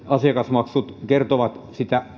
asiakasmaksut kertovat